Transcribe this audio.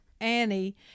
Annie